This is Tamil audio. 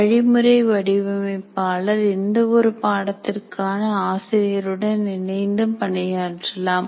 வழிமுறை வடிவமைப்பாளர் எந்த ஒரு பாடத்திற்கான ஆசிரியருடன் இணைந்து பணியாற்றலாம்